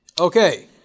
Okay